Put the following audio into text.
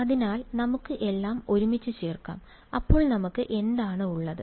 അതിനാൽ നമുക്ക് എല്ലാം ഒരുമിച്ച് ചേർക്കാം അപ്പോൾ നമുക്ക് എന്താണ് ഉള്ളത്